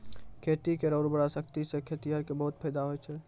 खेत केरो उर्वरा शक्ति सें खेतिहर क बहुत फैदा होय छै